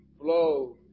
flow